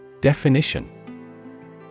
Definition